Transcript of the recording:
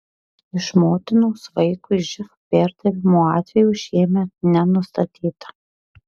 iš motinos vaikui živ perdavimo atvejų šiemet nenustatyta